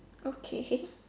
okay